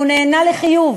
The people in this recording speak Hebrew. שהוא נענה בחיוב